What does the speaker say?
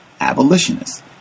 abolitionists